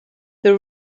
the